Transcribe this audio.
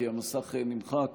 כי המסך נמחק